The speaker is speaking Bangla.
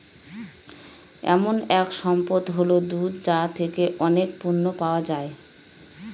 এমন এক সম্পদ হল দুধ যার থেকে অনেক পণ্য পাওয়া যায়